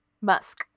musk